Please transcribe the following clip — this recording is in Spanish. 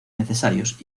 necesarios